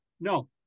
no